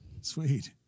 Sweet